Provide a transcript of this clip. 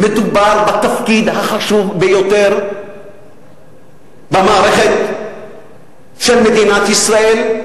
מדובר בתפקיד החשוב ביותר במערכת של מדינת ישראל,